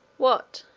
what,